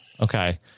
Okay